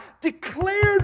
declared